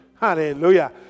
Hallelujah